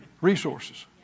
resources